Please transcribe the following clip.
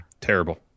Terrible